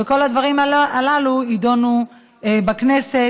וכל הדברים הללו יידונו בכנסת,